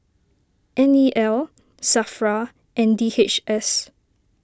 N E L Safra and D H S